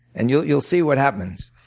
and you'll you'll see what happens.